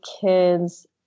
kids